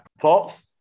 thoughts